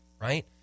right